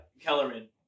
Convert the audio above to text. Kellerman